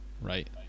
Right